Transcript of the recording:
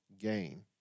gain